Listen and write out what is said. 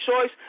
choice